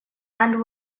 and